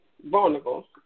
vulnerable